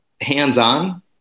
hands-on